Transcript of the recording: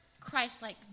Christ-like